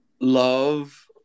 love